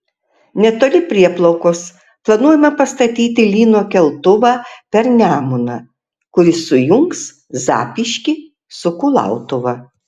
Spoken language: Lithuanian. netoli prieplaukos planuojama pastatyti lyno keltuvą per nemuną kuris sujungs zapyškį su kulautuva